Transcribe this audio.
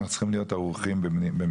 אנחנו צריכים להיות ערוכים במבנים.